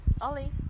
Ollie